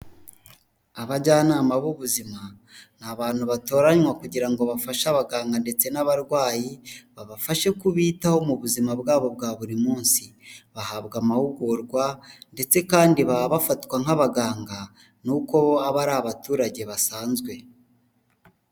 Abajyanama b'ubuzima ni abantu batoranywa kugira ngo bafashe abaganga ndetse n'abarwayi, babafashe kubitaho mu buzima bwabo bwa buri munsi. Bahabwa amahugurwa ndetse kandi baba bafatwa nk'abaganga nuko bo aba ari abaturage basanzwe.